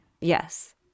Yes